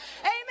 amen